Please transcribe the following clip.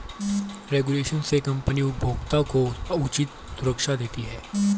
regulation से company उपभोक्ता को उचित सुरक्षा देती है